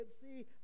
see